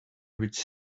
which